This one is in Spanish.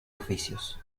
oficios